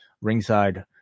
ringside